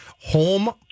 Home